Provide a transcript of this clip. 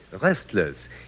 restless